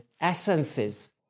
essences